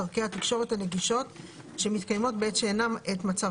דרכי התקשורת הנגישות שמתקיימות בעת שאינה עת מצב